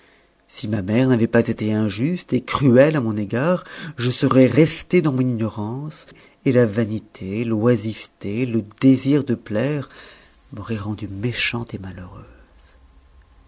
si ma mère n'avait pas été injuste et cruelle à mon égard je serais restée dans mon ignorance et la vanité l'oisiveté le désir de plaire m'auraient rendue méchante et malheureuse